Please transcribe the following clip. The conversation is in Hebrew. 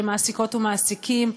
למעסיקות ולמעסיקים,